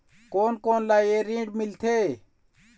कोन कोन ला ये ऋण मिलथे?